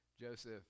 Joseph